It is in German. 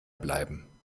bleiben